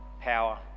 power